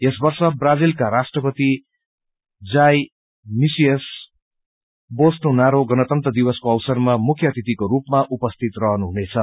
यस वर्ष ब्राजिलका राष्ट्रपति जाई मिसियस वोल्मोनारो गणतन्त्र दिवको अवसरमा मुख्य अतिथिको रूपमा उपसिीत रहनुहुनेछ